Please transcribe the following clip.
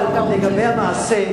אבל לגבי המעשה,